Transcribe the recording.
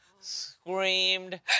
screamed